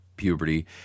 puberty